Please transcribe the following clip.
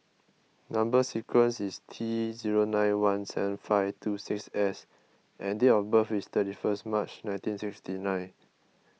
Number Sequence is T zero nine one seven five two six S and date of birth is thirty first March nineteen sixty nine